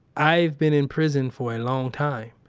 i've been in prison for a long time.